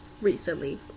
recently